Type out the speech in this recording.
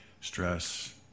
stress